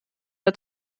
der